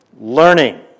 Learning